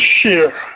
share